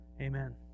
Amen